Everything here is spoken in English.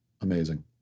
Amazing